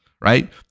right